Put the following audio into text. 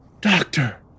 Doctor